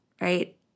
right